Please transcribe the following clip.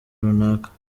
runaka